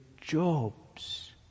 jobs